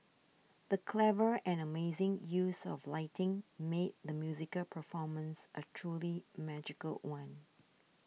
the clever and amazing use of lighting made the musical performance a truly magical one